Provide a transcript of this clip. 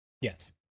Yes